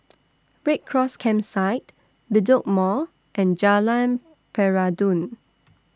Red Cross Campsite Bedok Mall and Jalan Peradun